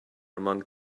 among